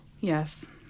Yes